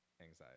anxiety